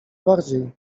bardziej